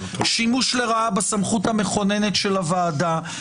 שימוש לרעה בסמכות המכוננת של הוועדה.